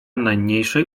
najmniejszej